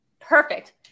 perfect